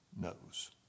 knows